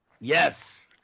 Yes